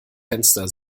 fenster